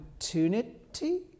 Opportunity